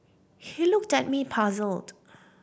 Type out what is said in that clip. he looked at me puzzled